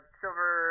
silver